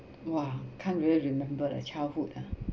!wah! can't really remember leh childhood ah